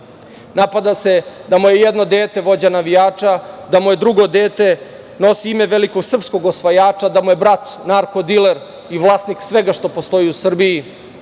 napada se da mu je jedno vođa navijača, da mu drugo dete nosi ime velikog srpskog osvajača, da mu je brat narko diler i vlasnik svega što postoji u Srbiji,